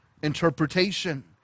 interpretation